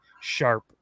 Sharp